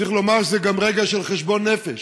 צריך לומר שזה גם רגע של חשבון נפש: